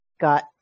got